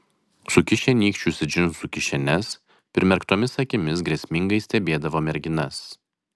sukišę nykščius į džinsų kišenes primerktomis akimis grėsmingai stebėdavo merginas